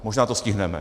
Možná to stihneme.